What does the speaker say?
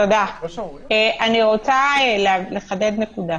רוצה לחדד נקודה.